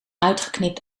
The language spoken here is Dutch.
uitgeknipt